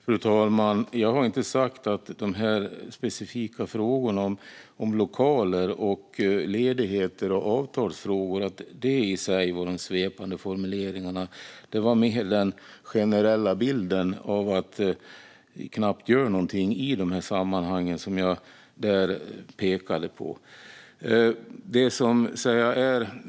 Fru talman! Jag har inte sagt att de specifika frågorna om lokaler, ledigheter och avtalsfrågor i sig sas i svepande formuleringar. Jag pekade mer på den generella bilden att vi knappt skulle göra något i dessa sammanhang.